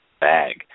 bag